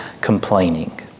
complaining